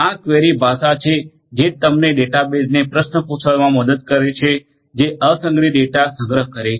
આ ક્વેરી ભાષા છે જે તમને ડેટાબેઝોને પ્રશ્ન પૂછવામા મદદ કરે છે કે જે અસંગઠિત ડેટા સંગ્રહ કરે છે